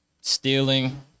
stealing